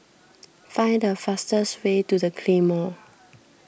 find the fastest way to the Claymore